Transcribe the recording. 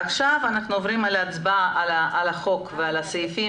עכשיו אנחנו עוברים להצבעה על החוק ועל הסעיפים